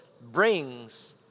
brings